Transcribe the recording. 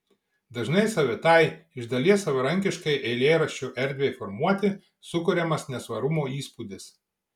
dažnai savitai iš dalies savarankiškai eilėraščio erdvei formuoti sukuriamas nesvarumo įspūdis